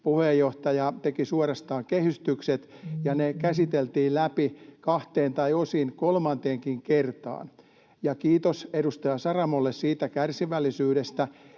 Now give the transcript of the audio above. puheenjohtaja teki suorastaan kehystykset ja ne käsiteltiin läpi kahteen tai osin kolmeenkin kertaan. Ja kiitos edustaja Saramolle siitä kärsivällisyydestä,